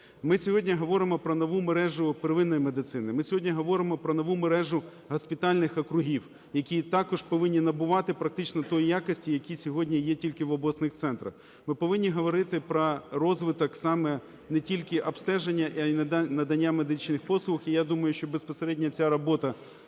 Ми сьогодні говоримо про нову мережу первинної медицини. Ми сьогодні говоримо про нову мережу госпітальних округів, які також повинні набувати практично тої якості, які сьогодні є тільки в обласних центрах. Ми повинні говорити про розвиток саме не тільки обстеження, а і надання медичних послуг. І я думаю, що безпосередньо ця робота